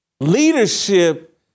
Leadership